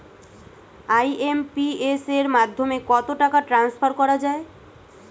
IMPS এর মাধ্যমে কত টাকা ট্রান্সফার করা যায়?